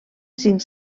cinc